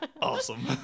awesome